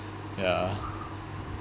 ya